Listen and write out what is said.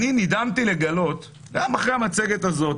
נדהמתי לגלות גם אחרי המצגת הזאת,